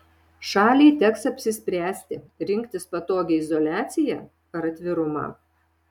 šaliai teks apsispręsti rinktis patogią izoliaciją ar atvirumą